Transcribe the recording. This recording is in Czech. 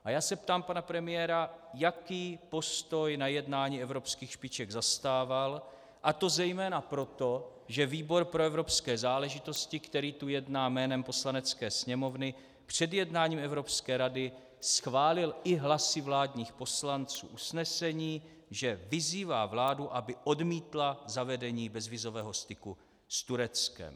A já se ptám pana premiéra, jaký postoj na jednání evropských špiček zastával, a to zejména proto, že výbor pro evropské záležitosti, který tu jedná jménem Poslanecké sněmovny, před jednáním Evropské rady schválil i hlasy vládních poslanců usnesení, že vyzývá vládu, aby odmítla zavedení bezvízového styku s Tureckem.